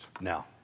Now